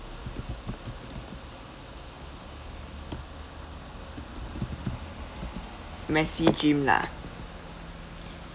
messy gym lah